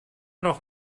doch